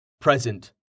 present